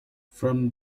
from